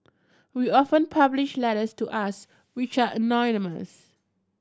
we often publish letters to us which are anonymous